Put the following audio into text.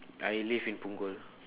I live in punggol